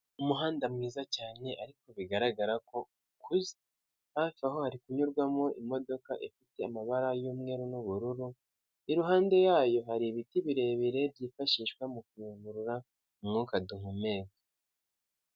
Umuhanda mwiza cyane ariko bigaragara ko ukuze, hafi aho hari kunyurwamo imodoka ifite amabara y'umweru n'ubururu, iruhande rwayo hari ibiti birebire byifashishwa mu kuyungurura umwuka duhumeka.